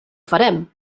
farem